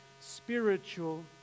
spiritual